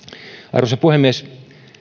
arvoisa puhemies